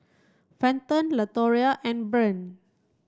Fenton Latoria and Bryn